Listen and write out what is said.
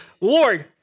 Lord